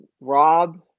rob